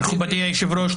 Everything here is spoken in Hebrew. מכובדי היושב-ראש,